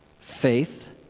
Faith